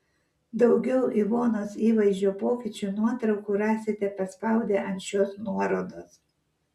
daugiau ivonos įvaizdžio pokyčių nuotraukų rasite paspaudę ant šios nuorodos